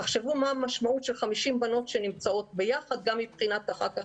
תחשבו מה המשמעות של 50 בנות שנמצאות ביחד גם מבחינת אחר כך